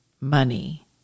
money